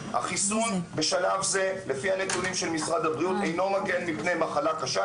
החיסון בשלב זה לפי הנתונים של משרד הבריאות אינו מגן מפני מחלה קשה.